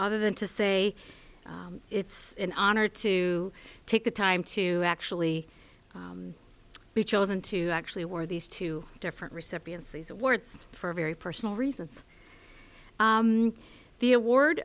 other than to say it's an honor to take the time to actually be chosen to actually were these two different recipients these words for a very personal reason the award